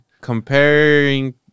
comparing